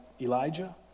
Elijah